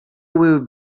will